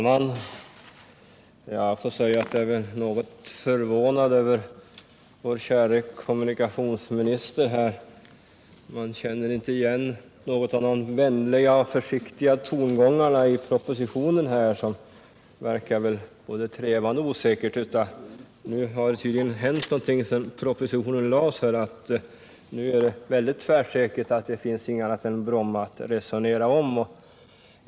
Herr talman! Jag är något förvånad över vår käre kommunikationsminister. Man känner inte igen något av de vänliga och försiktiga tongångarna i propositionen — de verkade både trevande och osäkra. Det har tydligen hänt någonting sedan propositionen framlades, för nu är det väldigt tvärsäkert att det inte finns något annat än Bromma att resonera om.